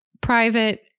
private